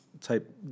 type